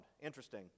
Interesting